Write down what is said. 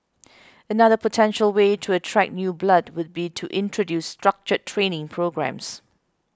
another potential way to attract new blood would be to introduce structured training programmes